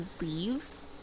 leaves